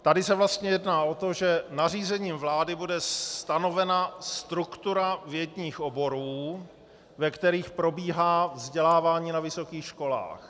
Tady se vlastně jedná o to, že nařízením vlády bude stanovena struktura vědních oborů, ve kterých probíhá vzdělávání na vysokých školách.